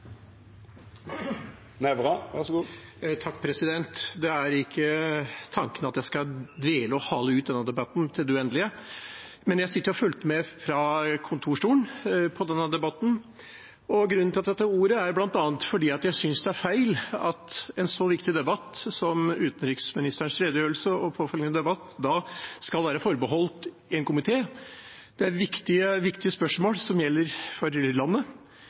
er ikke at jeg skal hale ut denne debatten til det uendelige. Men jeg har sittet og fulgt med fra kontorstolen, og grunnen til at jeg tar ordet er bl.a. at jeg synes det er feil at en så viktig debatt som utenriksministerens redegjørelse med påfølgende debatt skal være forbeholdt én komité. Det er viktige spørsmål som gjelder for landet.